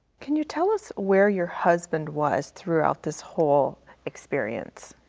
can you tell us where your husband was throughout this whole experience?